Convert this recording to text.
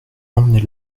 emmenez